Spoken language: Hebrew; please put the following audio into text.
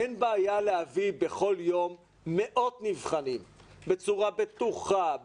אין בעיה להביא בכל יום מאות נבחנים בצורה בטוחה,